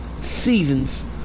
seasons